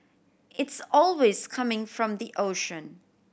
it's always coming from the ocean